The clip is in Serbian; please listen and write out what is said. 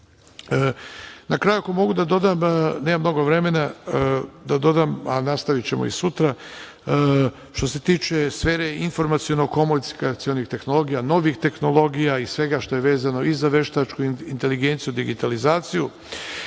kraju, ako mogu da dodam, nemam mnogo vremena, a nastavićemo i sutra, što se tiče sfera informaciono komunikacionih tehnologija, novih tehnologija i svega što je vezano i za veštačku inteligenciju, digitalizaciju,